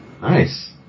Nice